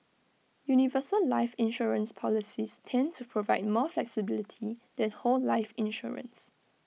universal life insurance policies tend to provide more flexibility than whole life insurance